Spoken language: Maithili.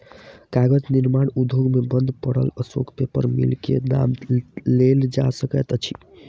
कागज निर्माण उद्योग मे बंद पड़ल अशोक पेपर मिल के नाम लेल जा सकैत अछि